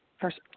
first